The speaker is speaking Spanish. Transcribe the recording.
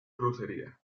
crucería